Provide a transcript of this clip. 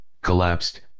collapsed